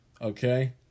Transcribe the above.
okay